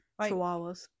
Chihuahuas